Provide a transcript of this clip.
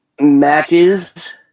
matches